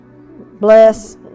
bless